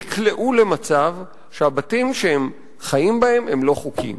נקלעו למצב שהבתים שהם חיים בהם הם לא חוקיים?